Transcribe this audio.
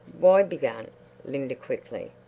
why began linda quickly.